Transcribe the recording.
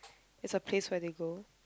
it's the place where they go